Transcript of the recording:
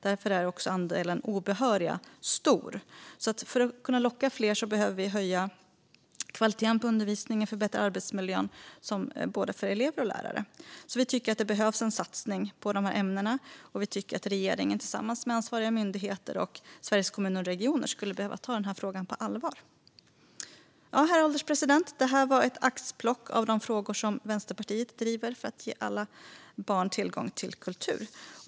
Därför är andelen obehöriga också stor. För att kunna locka fler behöver vi höja kvaliteten på undervisningen och förbättra arbetsmiljön för både elever och lärare. Vi tycker att det behövs en satsning på dessa ämnen, och vi tycker att regeringen tillsammans med ansvariga myndigheter och Sveriges Kommuner och Regioner behöver ta frågan på allvar. Herr ålderspresident! Detta var ett axplock av de frågor som Vänsterpartiet driver för att ge alla barn tillgång till kultur.